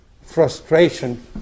frustration